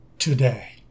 Today